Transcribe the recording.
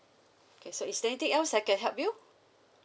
okay so is there anything else I can help you